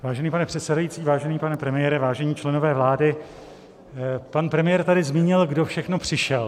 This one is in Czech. Vážený pane předsedající, vážený pane premiére, vážení členové vlády, pan premiér tady zmínil, kdo všechno přišel.